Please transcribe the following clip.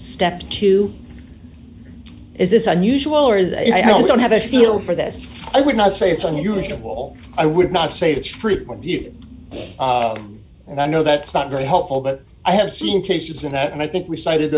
step two is this unusual or they don't have a feel for this i would not say it's unusual i would not say it's frequent you and i know that's not very helpful but i have seen cases in that and i think we cited